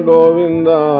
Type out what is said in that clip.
Govinda